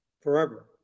forever